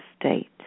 state